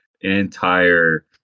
entire